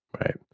Right